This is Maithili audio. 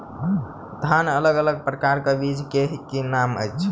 धान अलग अलग प्रकारक बीज केँ की नाम अछि?